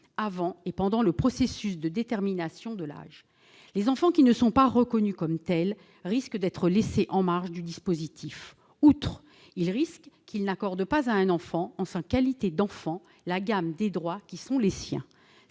avant et pendant le processus de détermination de l'âge. Les enfants qui ne sont pas reconnus comme tels risquent d'être laissés en marge du dispositif. Outre le risque qu'ils n'accordent pas à un enfant la gamme des droits qui sont les siens,